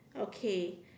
okay